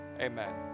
Amen